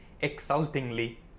exultingly